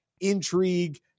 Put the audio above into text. intrigue